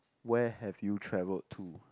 where have you travelled to